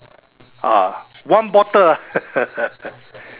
ah one bottle ah